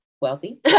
wealthy